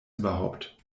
überhaupt